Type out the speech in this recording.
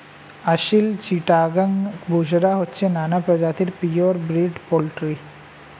আসিল, চিটাগাং, বুশরা হচ্ছে নানা প্রজাতির পিওর ব্রিড পোল্ট্রি